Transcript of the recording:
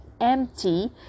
empty